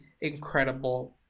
incredible